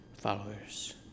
followers